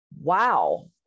Wow